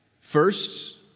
First